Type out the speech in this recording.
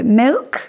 milk